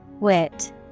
Wit